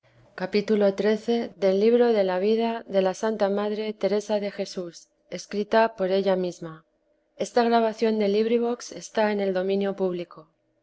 de jesús tomo i vida de ía santa madre teresa de jesús escrita por ella misma